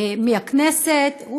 מהכנסת.